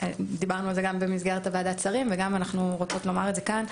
דיברנו על זה גם במסגרת ועדת השרים וגם אנחנו רוצות לומר את זה כאן,